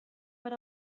per